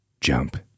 jump